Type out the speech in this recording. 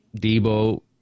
Debo